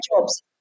jobs